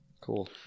Cool